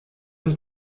ist